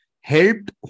helped